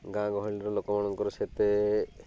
ଗାଁ ଗହଳିର ଲୋକମାନଙ୍କର ସେତେ